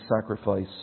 sacrifice